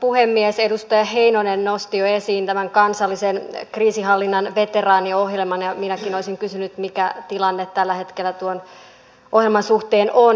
edustaja heinonen nosti jo esiin tämän kansallisen kriisinhallintaveteraaniohjelman ja minäkin olisin kysynyt mikä tilanne tällä hetkellä tuon ohjelman suhteen on